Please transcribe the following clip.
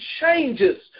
changes